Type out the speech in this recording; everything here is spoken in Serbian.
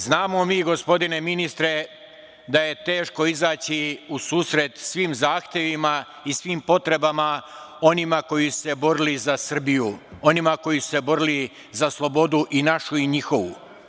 Znamo mi, gospodine ministre, da je teško izaći u susret svih zahtevima i svim potrebama onima koji su se borili za Srbiju, onima koji su se borili za slobodu i našu i njihovu.